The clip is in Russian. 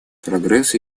прогресс